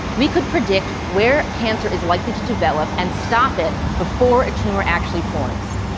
we could predict where cancer is likely to develop and stop it before a tumour actually forms.